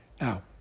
Now